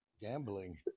gambling